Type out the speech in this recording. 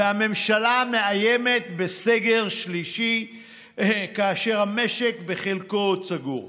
והממשלה מאיימת בסגר שלישי כאשר המשק בחלקו עוד סגור.